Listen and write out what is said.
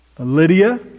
Lydia